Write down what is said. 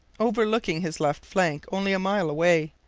overlooking his left flank, only a mile away,